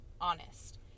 honest